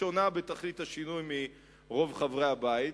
שונה בתכלית השינוי מזו של רוב חברי הבית,